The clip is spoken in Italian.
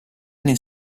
nel